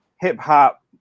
hip-hop